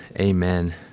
Amen